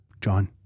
John